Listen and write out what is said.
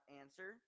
answer